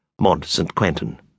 Mont-Saint-Quentin